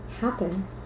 happen